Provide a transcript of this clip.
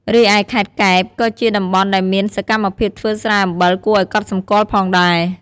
រីឯខេត្តកែប ក៏ជាតំបន់ដែលមានសកម្មភាពធ្វើស្រែអំបិលគួរឱ្យកត់សម្គាល់ផងដែរ។